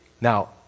Now